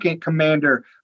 commander